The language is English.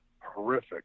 horrific